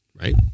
Right